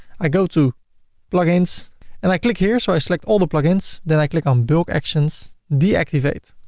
i go to plugins and i click here, so i select all the plugins, then i click on bulk actions, deactivate.